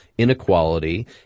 Inequality